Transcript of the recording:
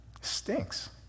Stinks